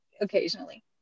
occasionally